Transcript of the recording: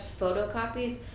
photocopies